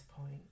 point